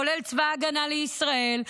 כולל צבא ההגנה לישראל,